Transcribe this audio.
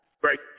Great